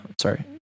sorry